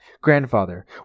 Grandfather